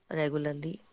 regularly